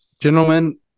gentlemen